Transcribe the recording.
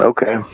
Okay